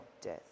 death